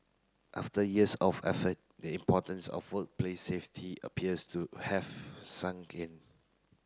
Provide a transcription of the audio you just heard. after years of effort the importance of workplace safety appears to have sunk in